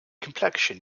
complexion